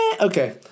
Okay